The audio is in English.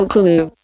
Clue